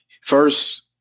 First